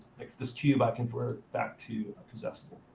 like this cube, i convert back to a possessable.